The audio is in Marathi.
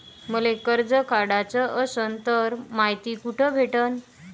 मले कर्ज काढाच असनं तर मायती कुठ भेटनं?